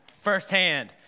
firsthand